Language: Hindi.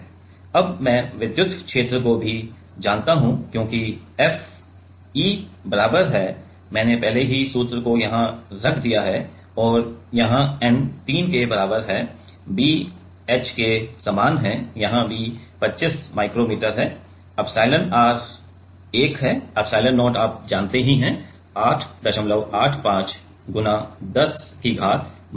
अब मैं विद्युत क्षेत्र को भी जानता हूं क्योंकि F E बराबर है मैने पहले ही सूत्र को यहां रख दिया है और जहां n 3 के बराबर है b h के समान है यहाँ b 25 माइक्रो मीटर है एप्सिलोनr 1 है एप्सिलोन0 आप जानते ही है 885 × 10 घात माइनस 12 हैं